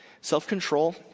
self-control